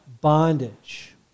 bondage